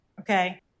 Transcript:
Okay